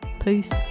peace